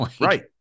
Right